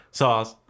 sauce